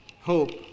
hope